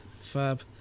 Fab